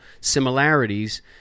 similarities